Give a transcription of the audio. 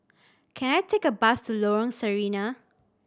can I take a bus to Lorong Sarina